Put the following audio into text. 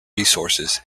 resources